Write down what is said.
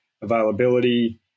availability